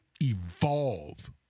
evolve